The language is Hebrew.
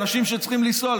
האנשים שצריכים לנסוע,